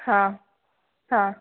हाँ हाँ